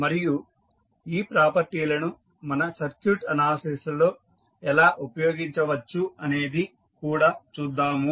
మరియు ఈ ప్రాపర్టీ లను మన సర్క్యూట్ అనాలిసిస్ లలో ఎలా ఉపయోగించవచ్చు అనేది కూడా చూద్దాము